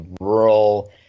rural